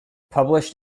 published